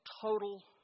total